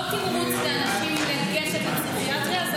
זאת אומרת, לא תמרוץ לאנשים לגשת לפסיכיאטריה.